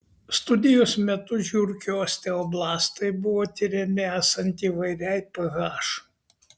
studijos metu žiurkių osteoblastai buvo tiriami esant įvairiai ph